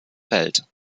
feld